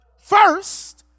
First